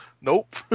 Nope